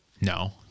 No